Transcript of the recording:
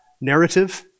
narrative